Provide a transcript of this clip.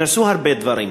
נעשו הרבה דברים.